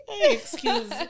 excuse